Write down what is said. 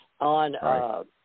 on –